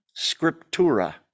scriptura